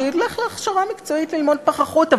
שילך להכשרה מקצועית ללמוד פחחות.